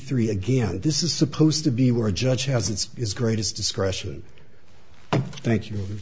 three again this is supposed to be we're judged as it's is greatest discretion thank you